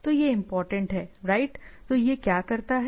तो यह इंपॉर्टेंट है राइट तो यह क्या करता है